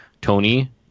Tony